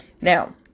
Now